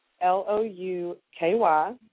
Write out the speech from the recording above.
L-O-U-K-Y